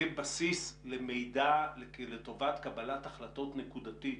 כבסיס למידע לטובת קבלת החלטות נקודתית